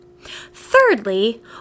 Thirdly